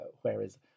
whereas